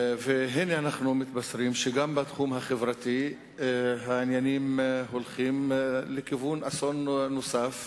הנה אנחנו מתבשרים שגם בתחום החברתי העניינים הולכים לכיוון אסון נוסף,